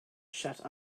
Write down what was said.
shut